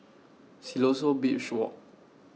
Siloso Beach Walk